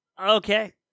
Okay